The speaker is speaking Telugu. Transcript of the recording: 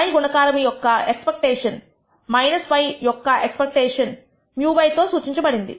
y గుణకారము యొక్క ఎక్స్పెక్టేషన్ y యొక్క ఎక్స్పెక్టేషన్స్ μ y తో సూచించబడినది